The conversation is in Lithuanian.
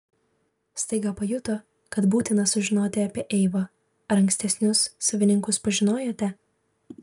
staiga pajuto kad būtina sužinoti apie eivą ar ankstesnius savininkus pažinojote